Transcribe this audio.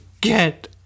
get